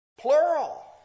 Plural